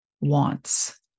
wants